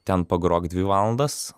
ten pagrok dvi valandas